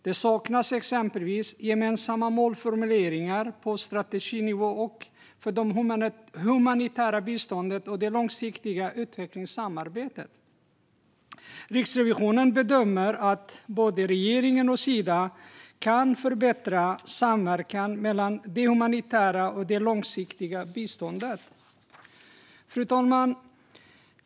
Det saknas exempelvis gemensamma målformuleringar på strateginivå för det humanitära biståndet och det långsiktiga utvecklingssamarbetet. Riksrevisionen bedömer att både regeringen och Sida kan förbättra samverkan mellan det humanitära och det långsiktiga biståndet. Fru talman!